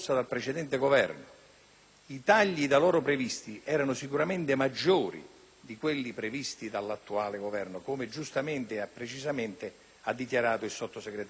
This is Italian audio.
I tagli da loro previsti erano sicuramente maggiori di quelli previsti dall'attuale Governo, come giustamente ha con precisione dichiarato il sottosegretario Pizza.